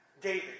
David